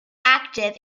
active